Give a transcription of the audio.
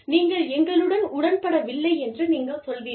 நீங்கள் எங்களுடன் உடன்படவில்லை என்று நீங்கள் சொல்வீர்கள்